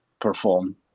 perform